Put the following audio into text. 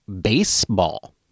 baseball